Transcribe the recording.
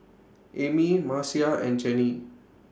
Ami Marcia and Jennie